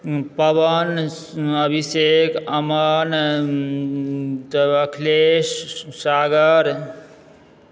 Pawan Abhishek Aman Akhilesh Sagar